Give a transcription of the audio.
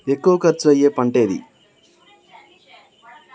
ఎక్కువ ఖర్చు అయ్యే పంటేది?